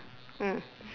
mm